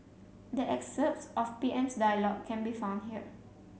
the excerpts of P M's dialogue can be found here